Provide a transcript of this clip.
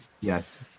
yes